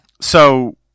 So-